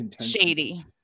shady